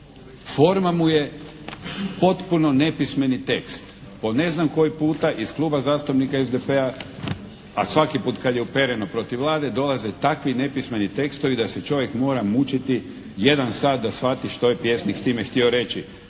Forma mu je potpuno nepismeni tekst. Po ne znam koji puta iz Kluba zastupnika SDP-a, a svaki put kad je upereno protiv Vlade dolaze takvi nepismeni tekstovi da se čovjek mora mučiti jedan sat da shvati što je pjesnik s time htio reći.